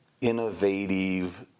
innovative